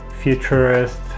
futurist